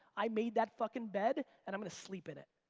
i made that fuckin' bed, and i'm gonna sleep in it.